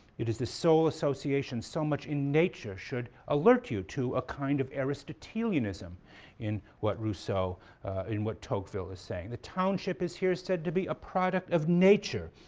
it is the sole association so much in nature, should alert you to a kind of aristotelianism in what so in what tocqueville is saying. the township is here said to be a product of nature.